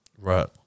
Right